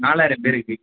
நாலாயிரம் பேருக்கு